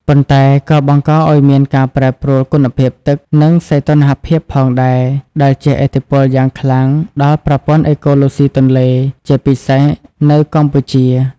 ប៉ុន្តែក៏បង្កឱ្យមានការប្រែប្រួលគុណភាពទឹក និងសីតុណ្ហភាពផងដែរ ដែលជះឥទ្ធិពលយ៉ាងខ្លាំងដល់ប្រព័ន្ធអេកូឡូស៊ីទន្លេ ជាពិសេសនៅកម្ពុជា។